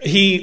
he